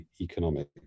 economic